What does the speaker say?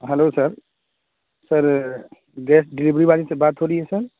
hello sir sir gas delivery والے سے بات ہو رہی ہے سر